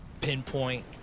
pinpoint